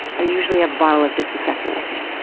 i usually have a bottle of disinfectant with me.